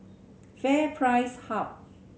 FairPrice Hub